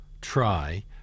Try